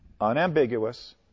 unambiguous